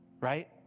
right